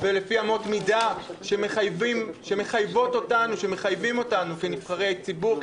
ולפי אמות מידה שמחייבות אותנו כנבחרי ציבור,